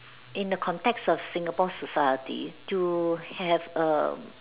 in the contacts of Singapore society to have a